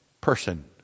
person